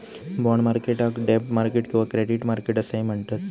bond मार्केटाक डेब्ट market किंवा क्रेडिट मार्केट असाही म्हणतत